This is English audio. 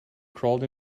crawled